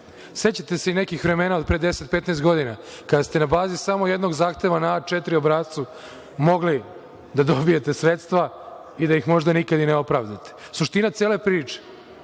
Sećate se i nekih vremena od pre 10, 15 godina kada ste na bazi samo jednog zahteva na A4 obrascu mogli da dobijete sredstva i da ih možda nikad ne opravdate. Suština cele priče